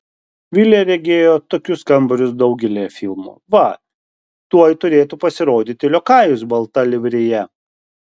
vilė regėjo tokius kambarius daugelyje filmų va tuoj turėtų pasirodyti liokajus balta livrėja